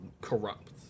corrupt